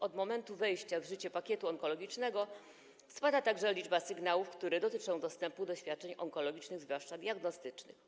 Od momentu wejścia w życie pakietu onkologicznego spada także liczba sygnałów, które dotyczą dostępu do świadczeń onkologicznych, zwłaszcza diagnostycznych.